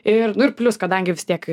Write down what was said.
ir nu ir plius kadangi vis tiek